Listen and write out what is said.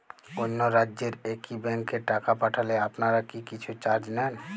অন্য রাজ্যের একি ব্যাংক এ টাকা পাঠালে আপনারা কী কিছু চার্জ নেন?